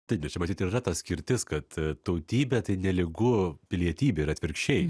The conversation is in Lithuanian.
taip bet čia matytir yra ta skirtis kad tautybė tai nelygu pilietybė ir atvirkščiai